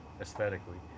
aesthetically